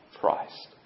Christ